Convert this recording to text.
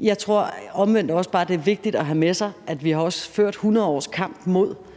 Jeg tror omvendt også bare, det er vigtigt at have med sig, at vi også har ført 100 års kamp mod